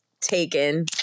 taken